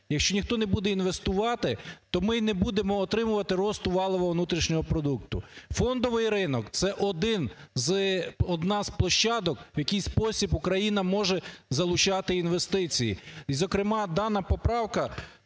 якщо ніхто не буде інвестувати, то ми й не будемо отримувати росту валового внутрішнього продукту. Фондовий ринок – це один з... одна з площадок, в який спосіб Україна може залучати інвестиції.